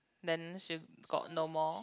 then she got no more